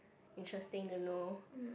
interesting de lor